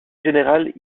générale